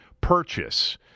purchase